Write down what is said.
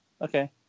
okay